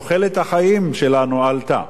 תוחלת החיים שלנו עלתה,